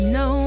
no